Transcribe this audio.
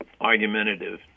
argumentative